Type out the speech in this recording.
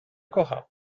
kocha